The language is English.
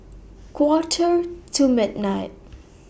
Quarter to midnight